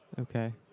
Okay